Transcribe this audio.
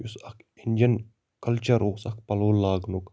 یُس اَکھ engine culture اوس اکھ پَلو لاگنُک